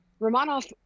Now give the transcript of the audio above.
Romanov